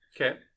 Okay